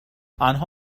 آنها